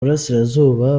burasirazuba